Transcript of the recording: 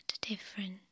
different